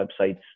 websites